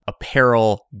apparel